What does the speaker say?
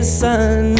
sun